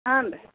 ಹಾಂ ರೀ